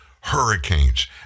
hurricanes